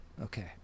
Okay